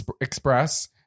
Express